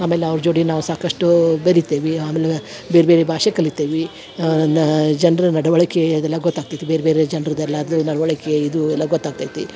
ಆಮೇಲೆ ಅವ್ರ ಜೋಡಿ ನಾವು ಸಾಕಷ್ಟೂ ಬೆರಿತೆವಿ ಆಮೇಲೆ ಬೇರ್ಬೇರೆ ಭಾಷೆ ಕಲಿತ್ತೆವಿ ನಾ ಜನ್ರ ನಡವಳಿಕೆ ಅದೆಲ್ಲ ಗೊತ್ತಾಗ್ತೈತಿ ಬೇರ್ಬೇರೆ ಜನ್ರದು ಎಲ್ಲಾರದು ನಡವಳಿಕೆ ಇದು ಎಲ್ಲ ಗೊತ್ತಾಗ್ತೈತಿ